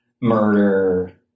murder